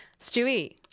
Stewie